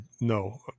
no